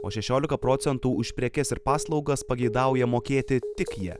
o šešiolika procentų už prekes ir paslaugas pageidauja mokėti tik ja